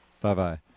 Bye-bye